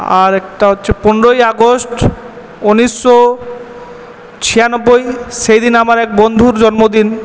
আরেকটা হচ্ছে পনেরোই আগস্ট ঊনিশশো ছিয়ানব্বই সেদিন আমার এক বন্ধুর জন্মদিন